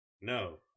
No